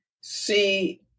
see